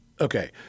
okay